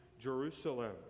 Jerusalem